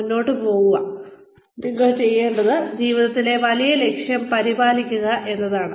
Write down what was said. മുന്നോട്ട് നോക്കുക ചെയ്യുക നിങ്ങൾ ചെയ്യേണ്ടത് ജീവിതത്തിലെ വലിയ ലക്ഷ്യം പരിപാലിക്കുക എന്നതാണ്